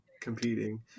competing